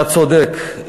אתה צודק.